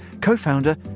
co-founder